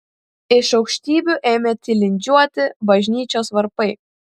iš aukštybių ėmė tilindžiuoti bažnyčios varpai